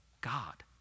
God